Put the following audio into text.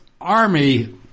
Army